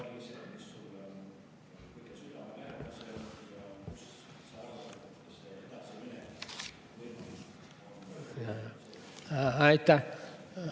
Aitäh!